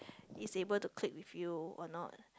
is able to click with you or not